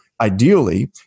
ideally